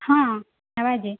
ହଁ ହଁ ହେବା ଯେ